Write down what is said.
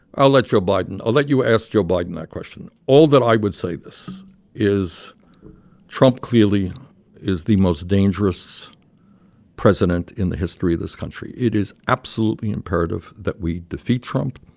i'll let joe biden i'll let you ask joe biden that question. all that i would say is trump clearly is the most dangerous president in the history of this country. it is absolutely imperative that we defeat trump.